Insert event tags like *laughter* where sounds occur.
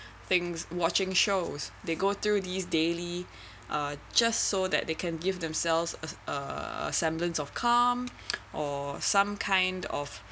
thinks watching shows they go through these daily *breath* uh just so that they can give themselves as uh a semblance of calm *noise* or some kind of